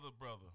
brother